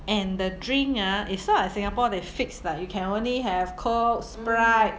and the drink ah it's not like singapore they fixed like you can only have Coke Sprite